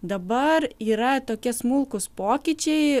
dabar yra tokie smulkūs pokyčiai